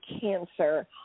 cancer